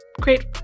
Great